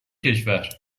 کشور